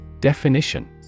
Definition